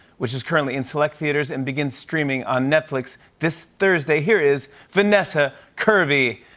which is currently in select theaters and begins streaming on netflix this thursday. here is vanessa kirby.